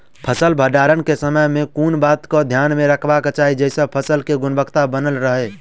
फसल भण्डारण केँ समय केँ कुन बात कऽ ध्यान मे रखबाक चाहि जयसँ फसल केँ गुणवता बनल रहै?